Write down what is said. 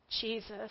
Jesus